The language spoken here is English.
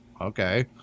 okay